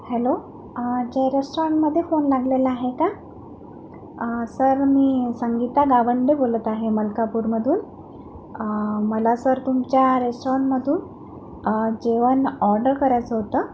hello अ जय रेस्टॉरंटमध्ये phone लागलेला आहे का अ सर मी संगीता गावंडे बोलत आहे मलकापूरमधून अ मला सर तुमच्या रेस्टॉरंटमधून अ जेवण ऑर्डर करायचं होतं